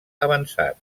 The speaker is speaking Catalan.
avançat